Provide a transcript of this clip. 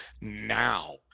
now